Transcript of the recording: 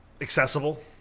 accessible